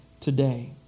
today